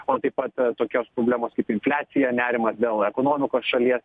o taip pat tokios problemos kaip infliacija nerimas dėl ekonomikos šalies